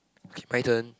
okay my turn